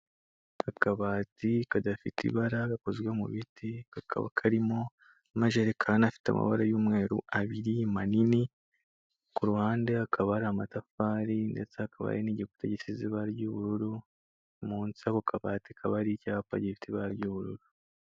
Akabati kadafite ibara gakozwe mu biti kakaba karimo amajerekani afite amabara y' umweru abiri manini, ku ruhande hakaba hari amatafari ndetse hakaba n'igikuta gisize ibara ry' ubururu munsi y' ako kabati hakaba hari icyapa gifite ibara ry' ubururu.